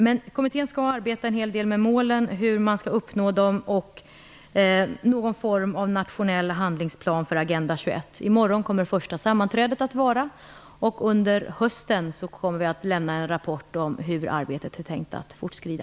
Men kommittén skall arbeta en hel del med målen och med hur man skall nå dessa och ange någon form av nationell handlingsplan för Agenda 21. Det första sammanträdet kommer att hållas i morgon, och vi kommer under hösten att lämna en rapport om hur arbetet avses komma att fortskrida.